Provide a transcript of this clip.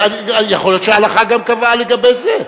יכול להיות שההלכה גם קבעה לגבי זה.